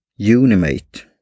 Unimate